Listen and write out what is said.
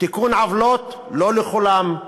תיקון עוולות, לא לכולם,